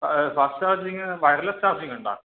fast charging wireless ചാർജിങ്ങുണ്ടോ